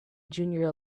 junior